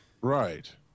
Right